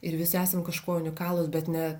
ir visi esam kažkuo unikalūs bet ne